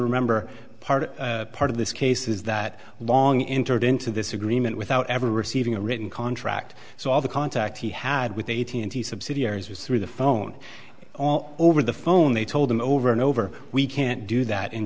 remember part of part of this case is that long entered into this agreement without ever receiving a written contract so all the contact he had with eighteen and subsidiaries was through the phone all over the phone they told him over and over we can't do that